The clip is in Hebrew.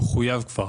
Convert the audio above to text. הוא חויב כבר,